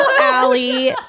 Allie